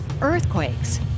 earthquakes